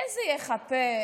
איזה יחפה?